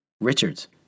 Richards